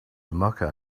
mecca